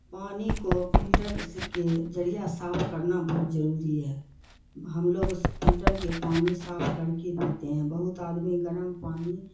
پانی کو پھلٹرس کے ذریعہ صاف کرنا بہت ضروری ہے ہم لوگ اس پھلٹر کے پانی صاف کر کے پیتے ہیں بہت آدمی گرم پانی